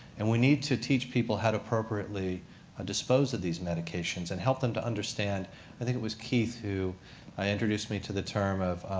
and we need to teach people how to appropriately ah dispose of these medications and help them to understand i think it was keith who introduced me to the term of,